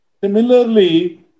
Similarly